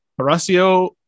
Horacio